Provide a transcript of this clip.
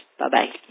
Bye-bye